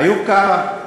איוב קרא,